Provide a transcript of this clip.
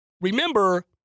Remember